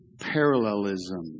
parallelism